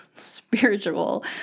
spiritual